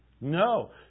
No